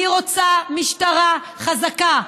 אני רוצה משטרה חזקה.